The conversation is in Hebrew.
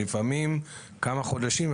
לפעמים כמה חודשים,